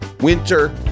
Winter